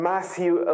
Matthew